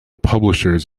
publishers